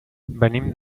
venim